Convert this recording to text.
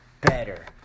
better